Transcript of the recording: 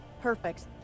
Perfect